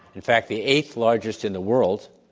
in fact the eighth largest in the world.